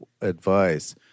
advice